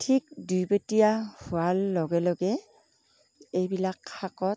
ঠিক দুই পতিয়া হোৱাৰ লগে লগে এইবিলাক শাকত